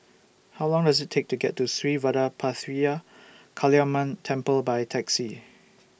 How Long Does IT Take to get to Sri Vadapathira Kaliamman Temple By Taxi